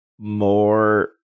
more